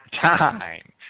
time